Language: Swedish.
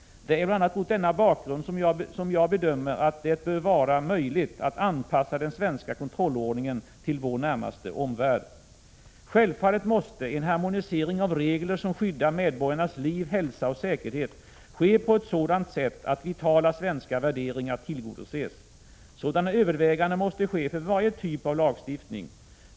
Det är bl.a. mot denna bakgrund som jag bedömer att det bör vara möjligt att anpassa den svenska kontrollordningen till vår närmaste omvärld. Självfallet måste en harmonisering av regler som skyddar medborgarnas liv, hälsa och säkerhet ske på ett sådant sätt att vitala svenska värderingar tillgodoses. Sådana överväganden måste ske för varje typ av lagstiftning.